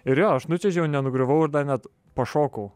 ir jo aš nučiuožiau nenugriuvau net pašokau